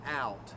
out